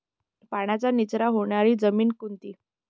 पाण्याचा निचरा होणारी जमीन कोणती?